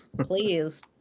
please